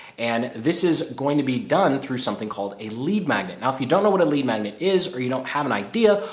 and this is going to be done through something called a lead magnet. now if you don't know what a lead magnet is or you don't have an idea,